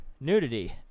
nudity